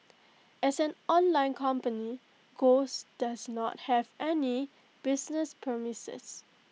as an online company ghost does not have any business premises